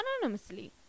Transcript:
anonymously